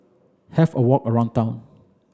have a walk around town